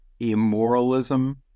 immoralism